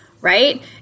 right